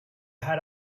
had